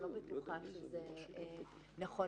אני לא בטוחה שזה נכון.